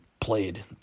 played